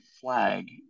flag